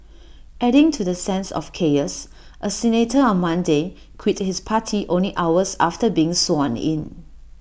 adding to the sense of chaos A senator on Monday quit his party only hours after being sworn in